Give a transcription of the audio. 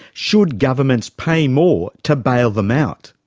should governments pay more, to bail them out?